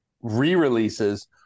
re-releases